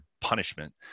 punishment